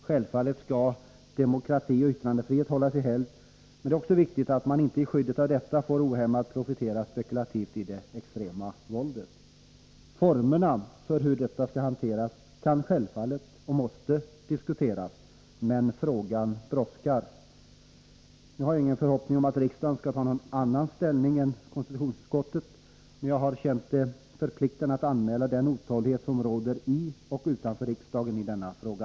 Självfallet skall demokrati och yttrandefrihet hållas i helgd, men det är också viktigt att man inte i skyddet av detta ohämmat får profitera spekulativt i det extrema våldet. Formerna för hur denna fråga skall hanteras kan självfallet — och måste — diskuteras, men det brådskar. Nu har jag ingen förhoppning om att riksdagen skall göra något annat ställningstagande än konstitutionsutskottets, men jag har känt det förpliktande att anmäla den otålighet som råder i och utanför riksdagen i denna fråga.